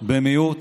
במיעוט